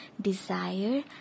desire